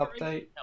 update